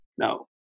no